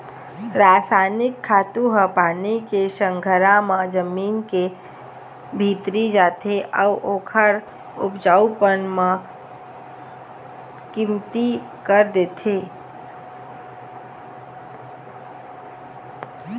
रसइनिक खातू ह पानी के संघरा म जमीन के भीतरी जाथे अउ ओखर उपजऊपन ल कमती कर देथे